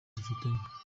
dufitanye